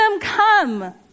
come